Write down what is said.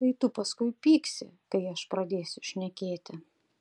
tai tu paskui pyksi kai aš pradėsiu šnekėti